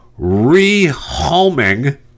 rehoming